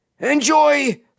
enjoy